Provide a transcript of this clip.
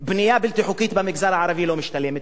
בנייה בלתי חוקית במגזר הערבי לא משתלמת.